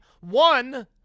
One